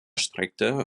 strikte